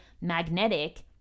magnetic